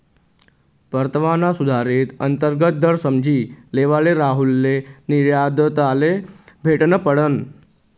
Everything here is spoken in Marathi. परतावाना सुधारित अंतर्गत दर समझी लेवाले राहुलले निर्यातदारले भेटनं पडनं